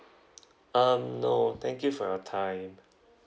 um no thank you for your time